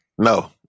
No